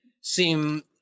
seem